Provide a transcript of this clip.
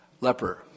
Leper